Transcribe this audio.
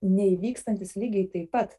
neįvykstantys lygiai taip pat